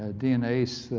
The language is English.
ah dna's